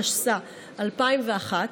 התשס"א 2001,